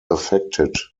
affected